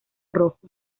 rojo